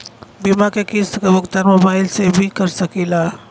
बीमा के किस्त क भुगतान मोबाइल से भी कर सकी ला?